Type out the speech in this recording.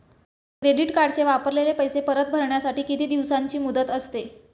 Credit कार्डचे वापरलेले पैसे परत भरण्यासाठी किती दिवसांची मुदत असते?